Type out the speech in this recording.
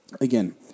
again